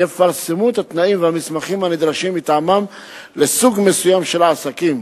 יפרסמו את התנאים והמסמכים הנדרשים מטעמן לסוג מסוים של עסקים.